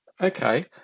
Okay